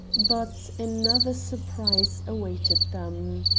but another surprise awaited them.